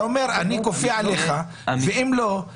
אתה אומר שאני כופה עליך ואם לא,